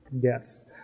yes